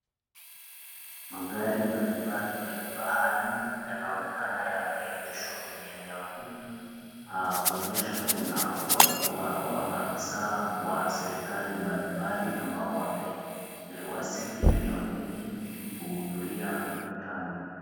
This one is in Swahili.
Magari mbalimbali ya kifahari yanaonekana yameegeshwa kwenye eneo hili. Kuonyesha kuna maafisa wa serikali mbalimbali ambao wamewasili eneo hili ili kuhudhuria mkutano.